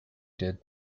did